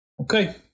Okay